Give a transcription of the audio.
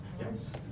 Yes